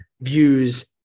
views